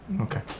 Okay